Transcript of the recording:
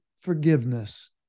forgiveness